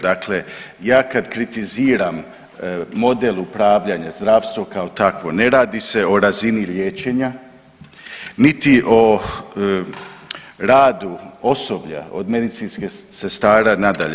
Dakle, ja kad kritiziram model upravljanja zdravstva kao takvo ne radi se o razini liječenja, niti o radu osoblja od medicinskih sestara na dalje.